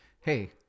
hey